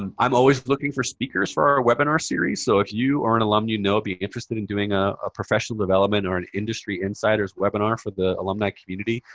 um i'm always looking for speakers for our webinar series. so if you, or an alum you know, would be interested in doing a ah professional development or an industry insiders webinar for the alumni community,